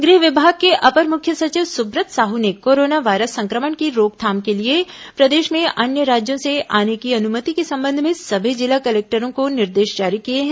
गृह विभाग के अपर मुख्य सचिव सुब्रत साहू ने कोरोना वायरस संक्रमण की रोकथाम के लिए प्रदेश में अन्य राज्यों से आने की अनुमति के संबंध में सभी जिला कलेक्टरों को निर्देश जारी किए हैं